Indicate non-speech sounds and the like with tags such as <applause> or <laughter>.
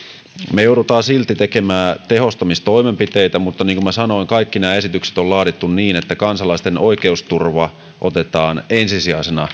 me joudumme silti tekemään tehostamistoimenpiteitä mutta niin kuin minä sanoin kaikki nämä esitykset on laadittu niin että kansalaisten oikeusturva otetaan ensisijaisena <unintelligible>